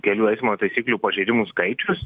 kelių eismo taisyklių pažeidimų skaičius